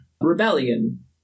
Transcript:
Rebellion